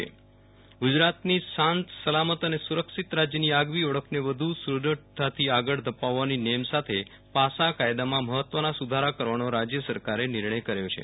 નેહલ ઠક્કર ગુજરાતમાં પાસા સુધારો ગુજરાતની શાંત સલામત અને સુરક્ષીત રાજ્યની આગવી ઓળખને વધુ સુદ્રઢતાથી આગળ ધપાવવાની નેમ સાથે પાસા કાયદામાં મહત્વના સુધારા કરવાનો રાજ્ય સરકારે નિર્ણય કર્યો છે